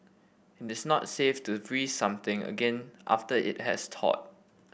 it is not safe to freeze something again after it has thawed